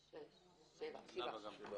התשע"ט-2018